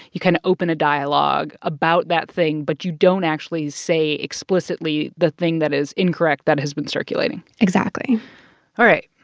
you kind of open a dialogue about that thing, but you don't actually say, explicitly, the thing that is incorrect that has been circulating exactly all right.